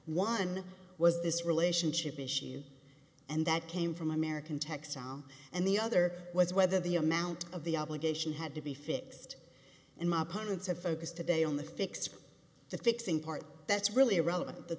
one was this relationship issue and that came from american textile and the other was whether the amount of the obligation had to be fixed and my opponents have focused today on the fix for the fixing part that's really irrelevant that